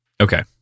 Okay